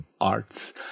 arts